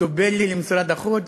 חוטובלי למשרד החוץ,